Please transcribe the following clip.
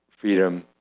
freedom